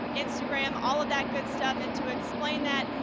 instagram, all of that good stuff. and to explain that,